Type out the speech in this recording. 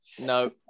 no